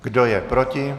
Kdo je proti?